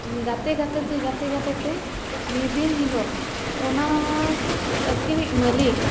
ᱜᱟᱛᱮᱼᱜᱟᱛᱮᱛᱮ ᱜᱟᱛᱮᱼᱜᱟᱛᱮᱛᱮ ᱢᱤᱫᱼᱫᱤᱱ ᱦᱤᱞᱳᱜ ᱚᱱᱟ ᱟᱠᱤᱱᱤᱡ ᱢᱟᱞᱤᱠ